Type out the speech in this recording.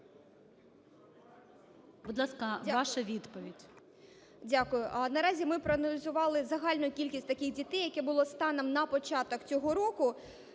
Будь ласка, ваша відповідь. 11:49:37 ЧУРКІНА О.І. Дякую. Наразі ми проаналізували загальну кількість таких дітей, яких було станом на початок цього року.